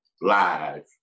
live